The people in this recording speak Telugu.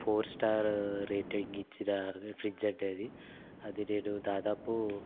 ఫోర్ స్టార్ రేటింగ్ ఇచ్చిన ఫ్రిడ్జ్ అండి అది అది నేను దాదాపు